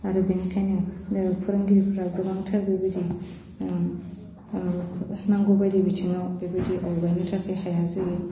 आरो बेनिखायनो फोरोंगिरिफ्रा गोबांथार बेबायदि उम उम नांगौबायदि बिथिङाव बेबायदि आवगायनो थाखाइ हाया जायो